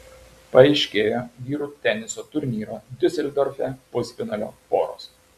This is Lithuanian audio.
paaiškėjo vyrų teniso turnyro diuseldorfe pusfinalio poros